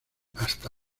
hasta